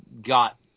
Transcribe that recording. got